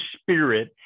spirit